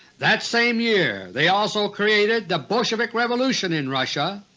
that same year they also created the bolshevik revolution in russia.